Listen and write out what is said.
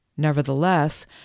Nevertheless